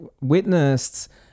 witnessed